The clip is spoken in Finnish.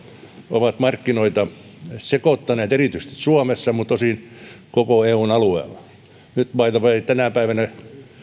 ovat markkinoita sekoittaneet erityisesti suomessa mutta tosin koko eun alueella nyt by the way tänä päivänä